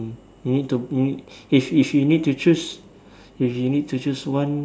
we need to we need if if you need to choose if you need to choose one